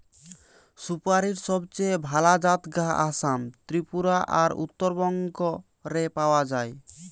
সুপারীর সবচেয়ে ভালা জাত গা আসাম, ত্রিপুরা আর উত্তরবঙ্গ রে পাওয়া যায়